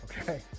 Okay